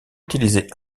utilisé